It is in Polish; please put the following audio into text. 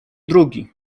drugi